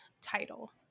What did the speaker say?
title